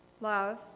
love